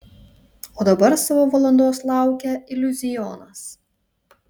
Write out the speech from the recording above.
o dabar savo valandos laukia iliuzionas